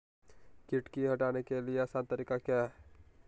किट की हटाने के ली आसान तरीका क्या है?